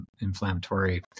inflammatory